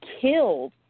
killed